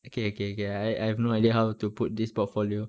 okay okay okay I I have no idea how to put this portfolio